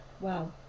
Wow